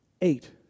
Eight